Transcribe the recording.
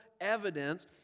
evidence